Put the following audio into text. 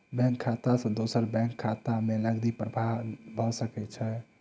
bank खाता सॅ दोसर बैंक खाता में नकदी प्रवाह भ सकै छै